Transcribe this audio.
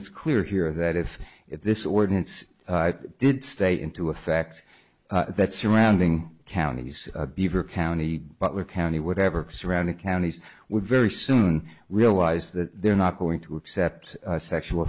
it's clear here that if this ordinance did stay into effect that surrounding counties beaver county butler county whatever surrounding counties would very soon realize that they're not going to accept a sexual